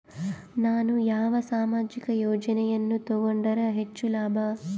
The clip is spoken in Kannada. ನಾನು ಯಾವ ಸಾಮಾಜಿಕ ಯೋಜನೆಯನ್ನು ತಗೊಂಡರ ಹೆಚ್ಚು ಲಾಭ?